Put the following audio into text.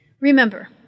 Remember